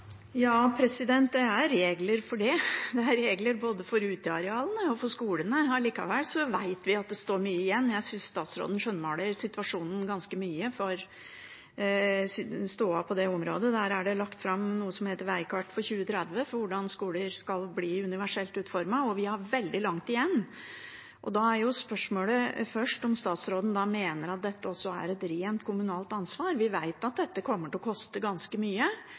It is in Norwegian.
det er regler for det, både for utearealene og for skolene. Likevel vet vi at det står mye igjen. Jeg synes statsråden skjønnmaler situasjonen ganske mye når det gjelder stoda på det området. Det er lagt fram noe som heter Veikart til universelt utformet nærskole 2030, for hvordan skoler skal bli universelt utformet, og vi har veldig langt igjen. Da er spørsmålet først om statsråden mener at dette også er et rent kommunalt ansvar. Vi vet at dette kommer til å koste ganske mye.